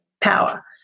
power